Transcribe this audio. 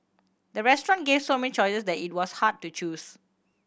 the restaurant gave so many choices that it was hard to choose